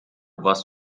was